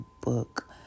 book